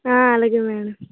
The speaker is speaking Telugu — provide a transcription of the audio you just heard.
అలాగే మేడం